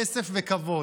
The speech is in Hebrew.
כסף וכבוד.